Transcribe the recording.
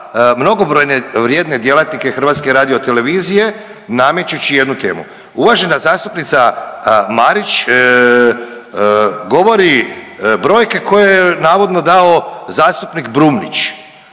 mnogobrojne vrijedne djelatnike HRT-a namećući jednu temu. Uvažena zastupnica Marić govori brojke koje je joj navodno dao zastupnik Brumnić